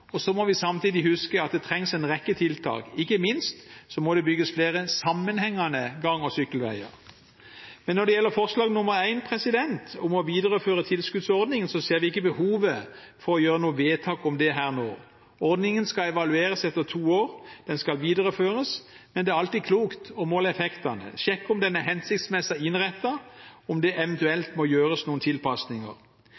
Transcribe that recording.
sykkelpolitikk. Så må vi samtidig huske at det trengs en rekke tiltak. Ikke minst må det bygges flere sammenhengende gang- og sykkelveier. Men når det gjelder forslag nr. 1 om å videreføre tilskuddsordningen, ser vi ikke behovet for å gjøre noe vedtak om det nå. Ordningen skal evalueres etter to år. Den skal videreføres, men det er alltid klokt å måle effektene, sjekke om den er hensiktsmessig innrettet, om det eventuelt må gjøres noen tilpasninger.